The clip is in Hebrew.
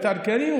תתעדכני,